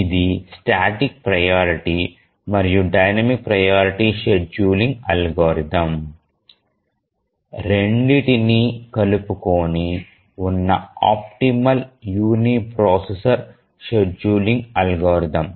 ఇది static priority మరియు dynamic priority scheduling algorithm రెండింటినీ కలుపుకొని ఉన్నఆప్టిమల్ యూనిప్రాసెసర్ షెడ్యూలింగ్ అల్గోరిథం